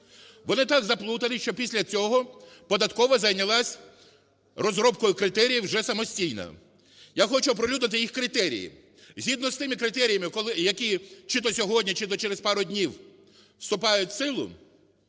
Вони так заплутались, що після цього податкова зайнялась розробкою критеріїв вже самостійно. Я хочу оприлюднити їх критерії. Згідно з тими критеріями, які чи то сьогодні, чи то через пару днів вступають в силу,